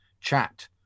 chat